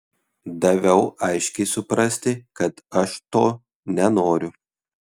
daviau aiškiai suprasti kad aš to nenoriu